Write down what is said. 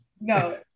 No